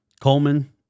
Coleman